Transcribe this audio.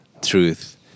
truth